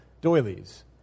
doilies